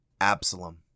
Absalom